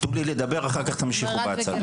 תנו לי לדבר ואחר כך תמשיכו בהצגה.